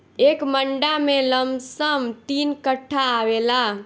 एक मंडा में लमसम तीन कट्ठा आवेला